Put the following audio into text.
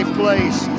place